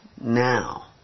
now